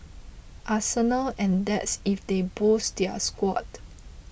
arsenal and that's if they boost their squad